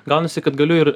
gaunasi kad galiu ir